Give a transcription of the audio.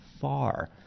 far